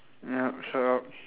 ya shut up